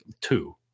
two